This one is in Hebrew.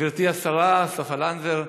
גברתי השרה סופה לנדבר,